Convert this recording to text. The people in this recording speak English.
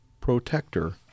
protector